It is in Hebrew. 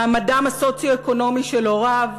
מעמדם הסוציו-אקונומי של הוריו,